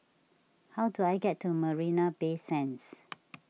how do I get to Marina Bay Sands